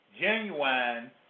genuine